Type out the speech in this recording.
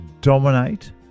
dominate